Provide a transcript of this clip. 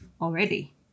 already